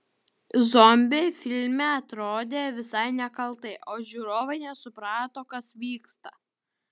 zombiai filme atrodė visai nekaltai o žiūrovai nesuprato kas vyksta